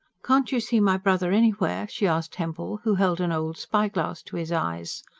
can't you see my brother anywhere? she asked hempel, who held an old spyglass to his eyes.